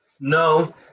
No